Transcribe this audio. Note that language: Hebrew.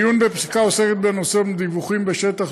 מעיון בפסיקה העוסקת בנושא ומדיווחים מהשטח,